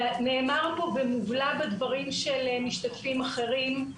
זה נאמר במובלע בדברים של משתתפים אחרים.